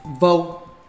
vote